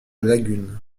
lagune